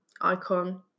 icon